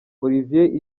olivier